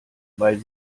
weil